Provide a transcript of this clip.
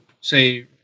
say